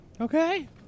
Okay